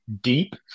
deep